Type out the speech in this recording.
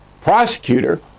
prosecutor